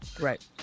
right